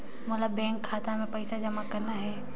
मोला बैंक खाता मां पइसा जमा करना हे?